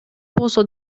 болсо